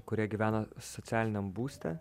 kurie gyvena socialiniam būste